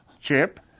chip